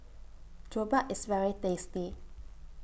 Jokbal IS very tasty